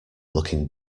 looking